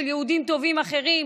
של יהודים טובים אחרים,